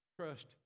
trust